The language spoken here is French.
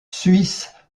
suisse